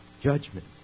judgment